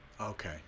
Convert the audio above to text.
Okay